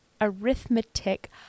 arithmetic